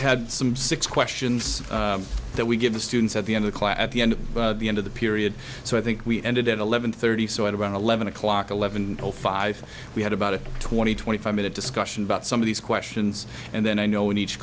had some six questions that we give the students at the end of class at the end of the end of the period so i think we ended at eleven thirty so at around eleven o'clock eleven o five we had about a twenty twenty five minute discussion about some of these questions and then i know when each